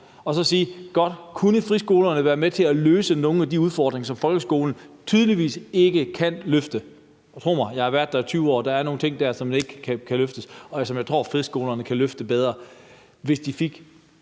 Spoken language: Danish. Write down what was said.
og sige: Godt, kunne friskolerne være med til at løse nogle af de udfordringer, som folkeskolen tydeligvis ikke kan løfte? Tro mig, jeg har været der i 20 år, og der er nogle ting, som ikke kan løftes der, og som jeg tror friskolerne kan løfte bedre, hvis de fik